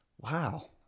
wow